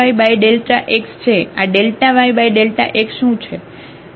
તેથી તમારી પાસે yΔx છે આyΔxશું છે